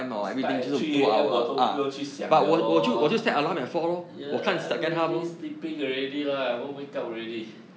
start at three A_M 我都不用去想 liao lor ya I'm already sleeping already lah I won't wake up already